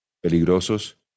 peligrosos